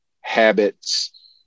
habits